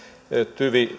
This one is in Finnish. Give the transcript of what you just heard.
tyv